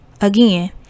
again